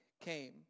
came